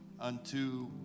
unto